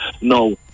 no